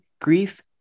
grief